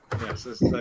Yes